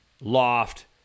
loft